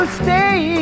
stay